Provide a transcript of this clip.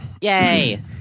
Yay